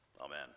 Amen